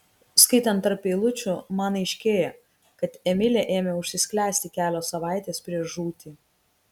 skaitant tarp eilučių man aiškėja kad emilė ėmė užsisklęsti kelios savaitės prieš žūtį